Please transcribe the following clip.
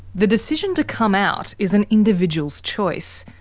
the decision to come out is an individual's choice.